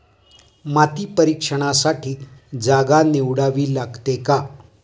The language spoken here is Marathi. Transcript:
माती परीक्षणासाठी जागा निवडावी लागते का?